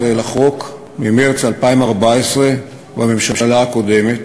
19 לחוק, ממרס 2014, בממשלה הקודמת,